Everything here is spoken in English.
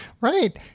Right